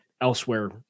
elsewhere